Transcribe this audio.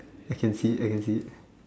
I can see it I can see it